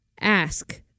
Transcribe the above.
Ask